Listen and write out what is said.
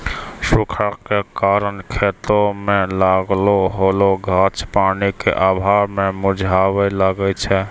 सूखा के कारण खेतो मे लागलो होलो गाछ पानी के अभाव मे मुरझाबै लागै छै